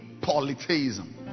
Polytheism